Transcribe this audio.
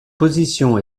position